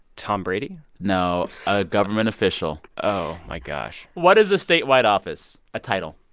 tom brady? no, a government official oh, my gosh what is a statewide office a title?